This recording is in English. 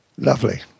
lovely